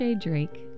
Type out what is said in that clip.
Drake